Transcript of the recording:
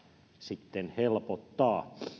sitten helpottaa